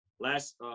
Last